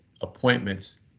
appointments